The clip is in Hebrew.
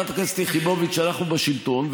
חברת הכנסת יחימוביץ: אנחנו בשלטון,